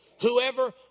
Whoever